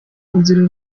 inzira